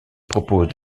propose